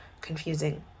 confusing